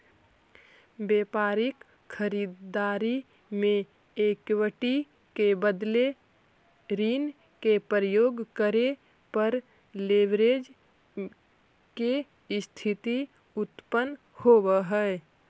व्यापारिक खरीददारी में इक्विटी के बदले ऋण के प्रयोग करे पर लेवरेज के स्थिति उत्पन्न होवऽ हई